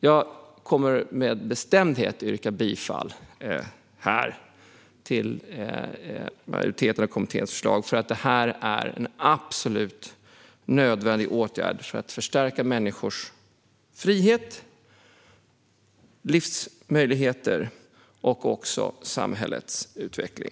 Jag kommer med bestämdhet att yrka bifall till majoritetens förslag i kommittén och till utskottets förslag i betänkandet. Det här är en absolut nödvändig åtgärd för att förstärka människors frihet och livsmöjligheter och även samhällets utveckling.